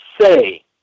say